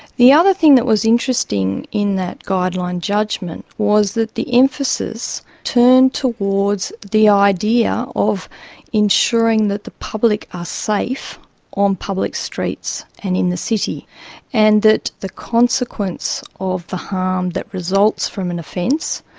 the other thing that was interesting in that guideline judgment was that the emphasis turned towards the idea of ensuring that the public are ah safe on public streets and in the city and that the consequence of the harm that results from an offence,